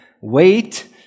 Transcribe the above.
wait